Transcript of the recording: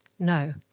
No